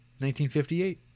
1958